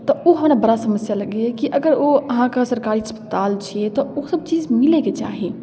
तऽ ओ हमरा बड़ा समस्या लगैए कि अगर ओ अहाँके सरकारी अस्पताल छिए तऽ ओसब चीज मिलैके चाही